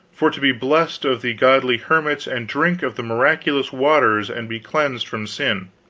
for to be blessed of the godly hermits and drink of the miraculous waters and be cleansed from sin.